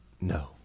No